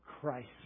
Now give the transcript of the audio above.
Christ